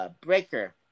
Breaker